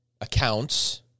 accounts